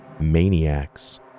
maniacs